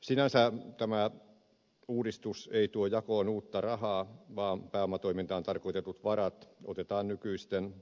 sinänsä tämä uudistus ei tuo jakoon uutta rahaa vaan pääomatoimintaan tarkoitetut varat otetaan nykyisten